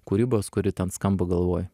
kūrybos kuri ten skamba galvoj